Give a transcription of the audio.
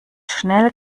schnell